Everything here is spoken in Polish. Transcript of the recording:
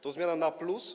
To zmiana na plus.